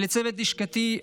ולצוות לשכתי,